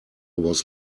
was